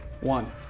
one